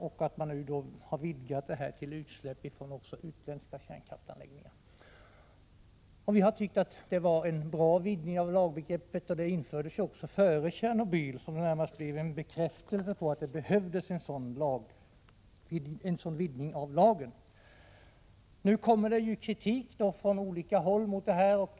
Nu har man utvidgat lagen till att gälla också utsläpp från utländska kärnkraftsanläggningar. Vi har tyckt att det var en bra utvidgning av lagbegreppet. Den infördes också före Tjernobyl, som då närmast blev en bekräftelse på att en sådan utvidgning av lagen behövdes. Nu kommer kritik från olika håll.